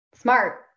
Smart